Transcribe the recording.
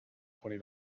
twenty